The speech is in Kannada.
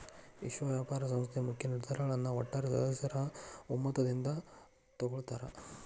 ವಿಶ್ವ ವ್ಯಾಪಾರ ಸಂಸ್ಥೆ ಮುಖ್ಯ ನಿರ್ಧಾರಗಳನ್ನ ಒಟ್ಟಾರೆ ಸದಸ್ಯರ ಒಮ್ಮತದಿಂದ ತೊಗೊಳ್ತಾರಾ